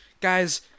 guys